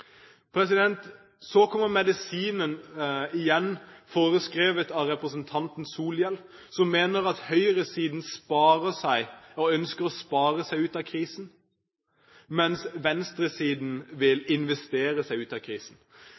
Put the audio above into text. Så kommer medisinen, igjen foreskrevet av representanten Solhjell, som mener at høyresiden ønsker å spare seg ut av krisen, mens venstresiden vil investere seg ut av krisen.